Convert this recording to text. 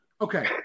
Okay